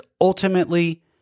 ultimately